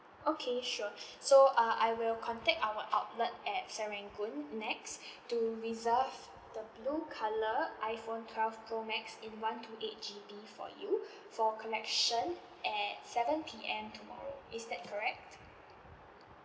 okay sure so uh I will contact our outlet at serangoon NEX to reserve the blue colour iphone twelve pro max in one two eight G_B for you for collection at seven P_M tomorrow is that correct